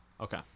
Okay